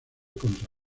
contra